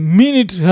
minute